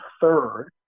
third